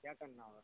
کیا کرنا ہوگا